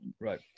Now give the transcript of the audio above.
right